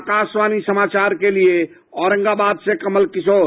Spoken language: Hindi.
आकाशवाणी समाचार के लिए औरंगाबाद से कमल किशोर